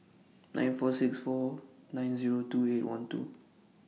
nine four six four nine Zero two eight one two